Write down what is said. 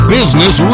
Business